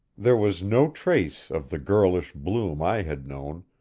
there was no trace of the girlish bloom i had known,